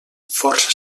força